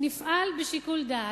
נפעל בשיקול דעת.